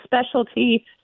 specialty –